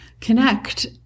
connect